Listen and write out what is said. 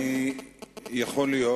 יכול להיות,